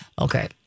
Okay